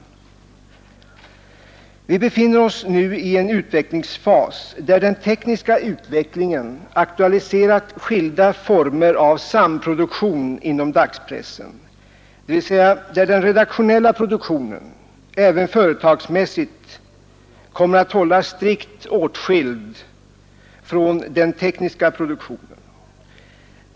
Vi befinner oss nu i en utvecklingsfas där den tekniska utvecklingen aktualiserat skilda former av samproduktion inom dagspressen, dvs. där den redaktionella produktionen även företagsmässigt kommer att hållas strikt åtskild från den tekniska produktionen.